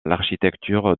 l’architecture